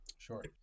Sure